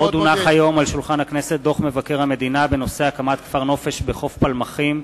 דוח מבקר המדינה בנושא הקמת כפר-נופש בחוף פלמחים,